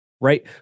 right